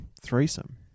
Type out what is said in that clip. threesome